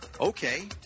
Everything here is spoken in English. Okay